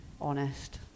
honest